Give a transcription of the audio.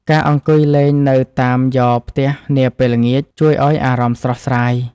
ការអង្គុយលេងនៅតាមយ៉រផ្ទះនាពេលល្ងាច ជួយឱ្យអារម្មណ៍ស្រស់ស្រាយ។